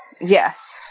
Yes